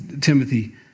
Timothy